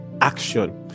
action